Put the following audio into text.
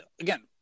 Again